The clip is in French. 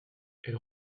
elle